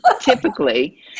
typically